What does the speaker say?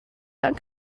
dann